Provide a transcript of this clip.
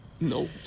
No